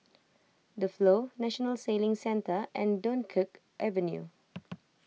the Flow National Sailing Centre and Dunkirk Avenue